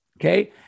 okay